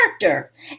character